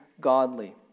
godly